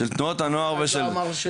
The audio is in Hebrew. של תנועות הנוער ושל --- אף אחד לא אמר שלא.